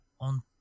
on